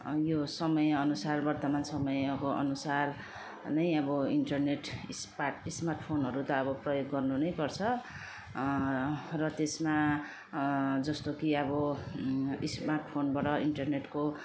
यो समय अनुसार वर्तमान समय अब अनुसार नै अब इन्टरनेट स्पार्ट स्मार्ट फोनहरू त अब प्रयोग गर्नु नै पर्छ र त्यसमा जस्तो कि अब स्मार्ट फोनबाट इन्टरनेटको